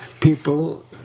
People